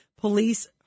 Police